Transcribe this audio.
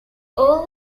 all